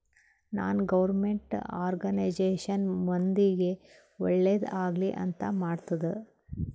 ನಾನ್ government organisation ಮಂದಿಗ್ ಒಳ್ಳೇದ್ ಆಗ್ಲಿ ಅಂತ್ ಮಾಡ್ತುದ್